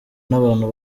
n’abantu